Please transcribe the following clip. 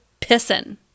pissing